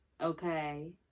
okay